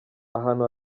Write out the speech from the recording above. ahantu